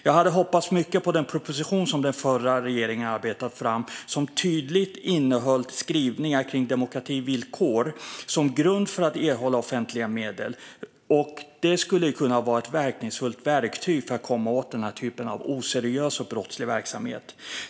Jag hade hoppats mycket på den proposition som den förra regeringen arbetat fram, som tydligt innehöll skrivningar kring demokrativillkor som grund för att erhålla offentliga medel. Det skulle kunna vara ett verkningsfullt sätt att komma åt den här typen av oseriös och brottslig verksamhet.